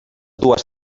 dues